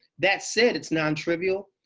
that said, it's non-trivial.